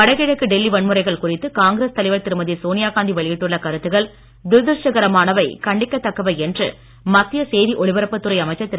வடகிழக்கு டெல்லி வன்முறைகள் குறித்து காங்கிரஸ் தலைவர் திருமதி சோனியா காந்தி வெளியிட்டுள்ள கருத்துக்கள் துரதிருஷ்ட கரமானவை கண்டிக்கத் தக்கவை என்று மத்திய செய்தி ஒளிபரப்புத்துறை அமைச்சர் திரு